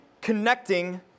connecting